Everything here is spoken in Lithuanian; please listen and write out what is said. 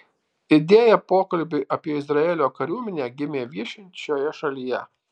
idėja pokalbiui apie izraelio kariuomenę gimė viešint šioje šalyje